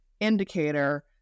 indicator